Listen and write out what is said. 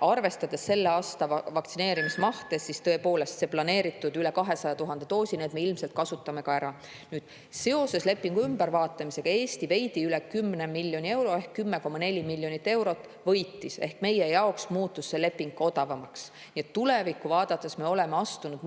arvestades selle aasta vaktsineerimismahtu, siis tõepoolest, need planeeritud üle 200 000 doosi me ilmselt kasutame ka ära. Nüüd, seoses lepingu ümbervaatamisega Eesti veidi üle 10 miljoni euro ehk 10,4 miljonit eurot võitis. Meie jaoks muutus see leping odavamaks. Nii et tulevikku vaadates me oleme astunud mõistlikke